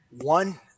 one